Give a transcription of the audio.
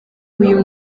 uyu